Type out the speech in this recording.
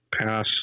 pass